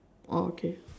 orh okay